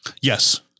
Yes